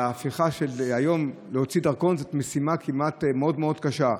היום להוציא דרכון זה משימה מאוד מאוד קשה,